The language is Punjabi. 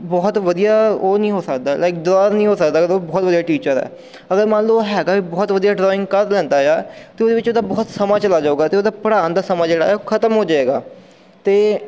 ਬਹੁਤ ਵਧੀਆ ਉਹ ਨਹੀਂ ਹੋ ਸਕਦਾ ਲਾਈਕ ਦੁਬਾਰਾ ਨਹੀਂ ਹੋ ਸਕਦਾ ਅਗਰ ਉਹ ਬਹੁਤ ਵਧੀਆ ਟੀਚਰ ਹੈ ਅਗਰ ਮੰਨ ਲਓ ਹੈਗਾ ਵੀ ਬਹੁਤ ਵਧੀਆ ਡਰਾਇੰਗ ਕਰ ਲੈਂਦਾ ਆ ਅਤੇ ਉਹਦੇ ਵਿੱਚ ਉਹਦਾ ਬਹੁਤ ਸਮਾਂ ਚਲਾ ਜਾਵੇਗਾ ਅਤੇ ਉਹਦਾ ਪੜ੍ਹਾਉਣ ਦਾ ਸਮਾਂ ਜਿਹੜਾ ਹੈ ਉਹ ਖਤਮ ਹੋ ਜਾਏਗਾ ਅਤੇ